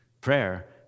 prayer